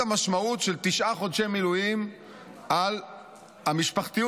המשמעות של תשעה חודשי מילואים על המשפחתיות,